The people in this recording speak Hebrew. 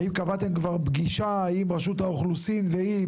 האם קבעתם כבר פגישה עם רשות האוכלוסין ועם